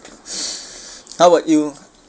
how about you